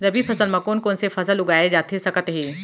रबि फसल म कोन कोन से फसल उगाए जाथे सकत हे?